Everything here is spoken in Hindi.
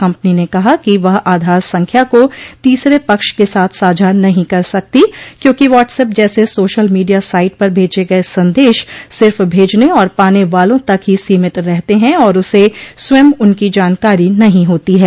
कम्पनी ने कहा कि वह आधार संख्या को तीसरे पक्ष क साथ साझा नहीं कर सकती क्योंकि वाटसऐप जैसे सोशल मीडिया साइट पर भेजे गए संदेश सिफ भेजने और पाने वालों तक ही सीमित रहते हैं और उसे स्वयं उनकी जानकारी नहीं होती है